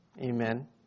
Amen